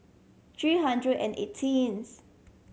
three hundred and eighteenth